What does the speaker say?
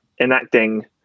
enacting